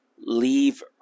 leave